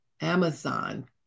Amazon